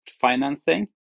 financing